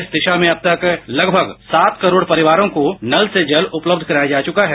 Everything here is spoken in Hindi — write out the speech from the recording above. इस दिशा में अब तक लगभग सात करोड़ परिवारों को नल से जल उपलब्ध कराया जा चुका है